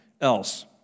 else